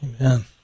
Amen